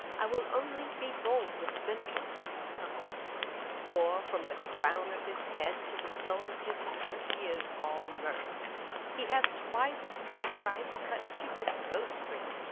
i will only be bold with benedick for his company for, from the crown of his head to the sole of his foot, he is all mirth he hath twice or thrice cut cupid's bowstring,